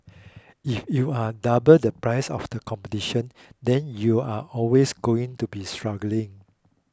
if you are double the price of the competition then you are always going to be struggling